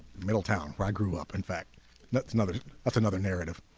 middle town where i grew up in fact that's another that's another narrative